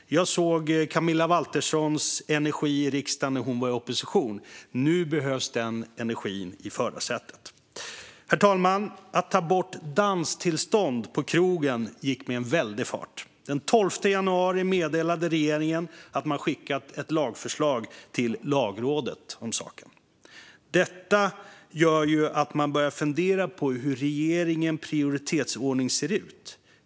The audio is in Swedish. Jag såg Camilla Walterssons energi i riksdagen när hon var i opposition. Nu behövs den energin i förarsätet. Herr talman! Att ta bort kravet på danstillstånd på krogen gick med en väldig fart. Den 12 januari meddelade regeringen att man hade skickat ett lagförslag till Lagrådet om saken. Detta gör ju att man börjar fundera på hur regeringens prioritetsordning ser ut.